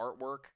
artwork